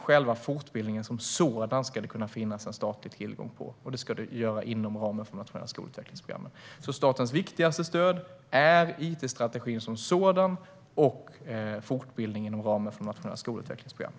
Själva fortbildningen ska det dock kunna finnas statlig tillgång till, inom ramen för det nationella skolutvecklingsprogrammet. Statens viktigaste stöd är alltså it-strategin som sådan och fortbildningen inom ramen för det nationella skolutvecklingsprogrammet.